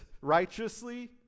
righteously